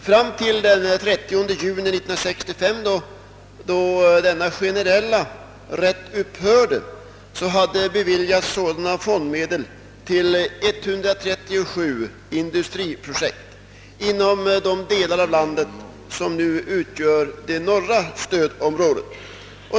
Fram till den 30 juni 1965, då denna generella rätt upphörde, hade beviljats sådana fondmedel till 137 industriprojekt inom de delar av landet som nu utgör det norra stödområdet.